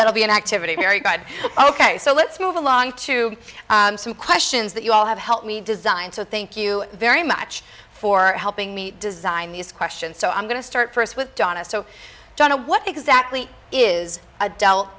that'll be an activity very good ok so let's move along to some questions that you all have helped me design so thank you very much for helping me design these questions so i'm going to start first with donna so donna what exactly is a